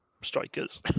strikers